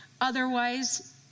Otherwise